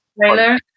trailer